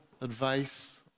advice